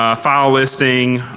ah file listing,